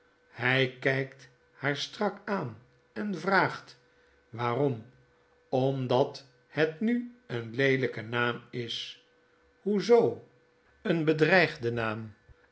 hij kykt haar strak aan en vraagt waarom omdat het nu een leelijke naam is hoe zoo een bedreigde naam